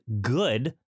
good